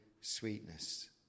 sweetness